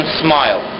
smile